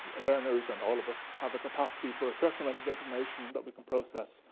learners and all of us have a capacity for a certain amount of information that we can process,